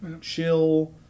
chill